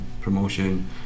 promotion